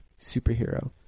superhero